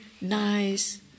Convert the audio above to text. nice